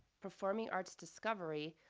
performing arts discovery.